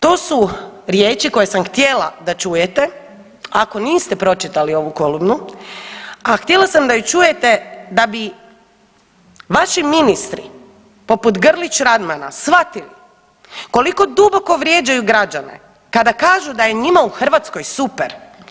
To su riječi koje sam htjela da čujete ako niste pročitali ovu kolumnu, a htjela sam da ju čujete da bi vaši ministri poput Grlić Radmana shvatili koliko duboko vrijeđaju građane kada kažu da je njima u Hrvatskoj super.